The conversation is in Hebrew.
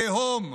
תהום.